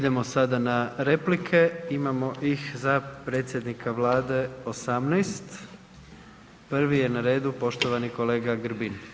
Idemo sada na replike, imamo ih za predsjednika Vlade 18, prvi je na redu poštovani kolega Grbin.